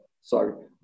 sorry